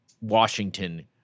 Washington